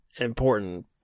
important